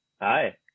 Hi